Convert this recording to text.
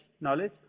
knowledge